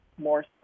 more